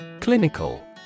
Clinical